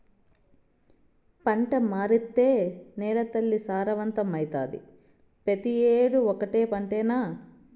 పంట మార్సేత్తే నేలతల్లి సారవంతమైతాది, పెతీ ఏడూ ఓటే పంటనా